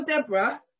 Deborah